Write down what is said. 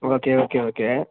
okay okay okay